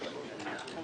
בגלל זה קוראים לזה